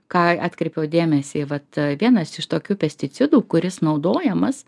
ką atkreipiau dėmesį vat vienas iš tokių pesticidų kuris naudojamas